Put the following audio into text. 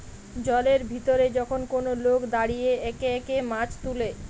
জলের ভিতরে যখন কোন লোক দাঁড়িয়ে একে একে মাছ তুলে